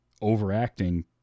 overacting